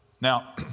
Now